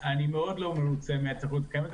אני מאוד לא מרוצה מהתחרות הקיימת,